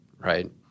right